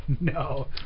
no